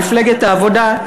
מפלגת העבודה,